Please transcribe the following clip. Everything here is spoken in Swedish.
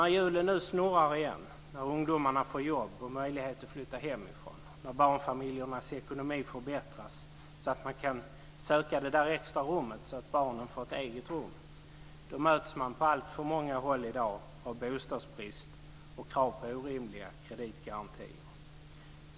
När hjulen nu snurrar igen, när ungdomar får jobb och möjlighet att flytta hemifrån, när barnfamiljernas ekonomi förbättras så att de kan söka lägenhet med det extra rummet så att barnen kan ha egna rum, möts man på alltför många håll i dag av bostadsbrist och krav på orimliga kreditgarantier.